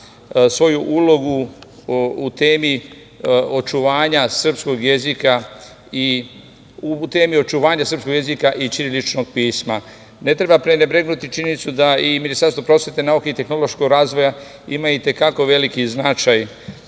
svoju ulogu u temi očuvanja srpskog jezika i ćiriličnog pisma. Ne treba prenebregnuti činjenicu da i Ministarstvo prosvete, nauke i tehnološkog razvoja ima i te kako veliki značaj